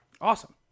Awesome